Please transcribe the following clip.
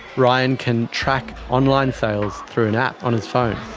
ryan can track online sales through an app on his phone.